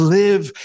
live